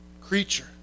creature